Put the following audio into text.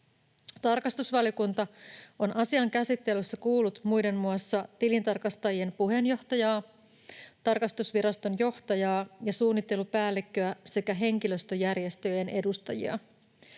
Tarkastusvaliokunta on asian käsittelyssä kuullut muiden muassa tilintarkastajien puheenjohtajaa, tarkastusviraston johtajaa ja suunnittelupäällikköä sekä henkilöstöjärjestöjen edustajia.